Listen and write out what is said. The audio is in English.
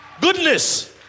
goodness